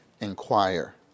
inquire